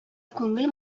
күңел